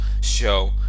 show